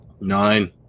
nine